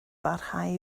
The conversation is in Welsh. barhau